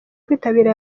kwitabira